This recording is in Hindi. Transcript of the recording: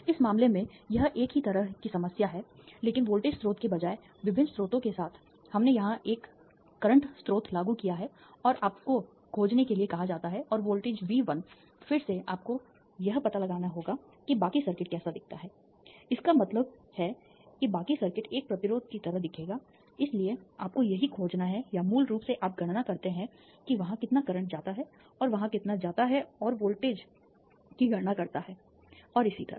इस मामले में यह एक ही तरह की समस्या है लेकिन वोल्टेज स्रोत के बजाय विभिन्न स्रोतों के साथ हमने यहां एक वर्तमान स्रोत लागू किया है और आपको खोजने के लिए कहा जाता है और वोल्टेज वी 1 फिर से आपको यह पता लगाना होगा कि बाकी सर्किट कैसा दिखता है इसका क्या मतलब है कि बाकी सर्किट एक प्रतिरोध की तरह दिखेगा इसलिए आपको यही खोजना है या मूल रूप से आप गणना करते हैं कि वहां कितना करंट जाता है और वहां कितना जाता है और वोल्टेज की गणना करता है और इसी तरह